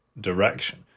direction